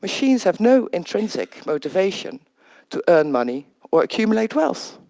machines have no intrinsic motivation to earn money or accumulate wealth.